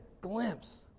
glimpse